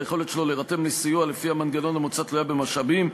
היכולת שלו להירתם לסיוע לפי המנגנון המוצע תלויה במשאבים,